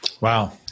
Wow